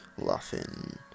Laughing